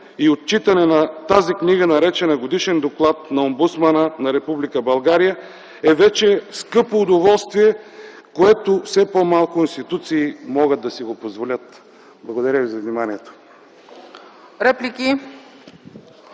и отчитане на тази книга, наречена Годишен доклад на Омбудсмана на Република България, е вече скъпо удоволствие, което все по-малко институции могат да си позволят. Благодаря Ви за вниманието.